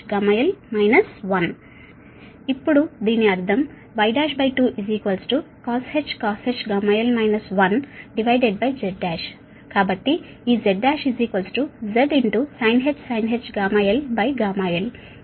ఇప్పుడు దీని అర్థం Y12cosh γl 1Z1 సరేనా కాబట్టి ఈ Z1 Z sinh γl γl